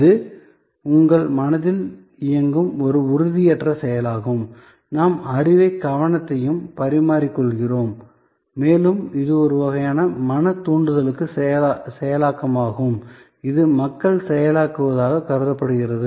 இது உங்கள் மனதில் இயங்கும் ஒரு உறுதியற்ற செயலாகும் நாம் அறிவையும் கவனத்தையும் பரிமாறிக்கொள்கிறோம் மேலும் இது ஒரு வகையான மன தூண்டுதல் செயலாக்கமாகும் இது மக்கள் செயலாக்குவதாக கருதப்படுகிறது